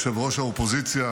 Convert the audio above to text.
ראש האופוזיציה,